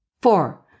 Four